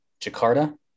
Jakarta